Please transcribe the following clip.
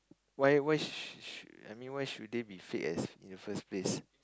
why why sh~ sh~ I mean why should they be fake as in the first place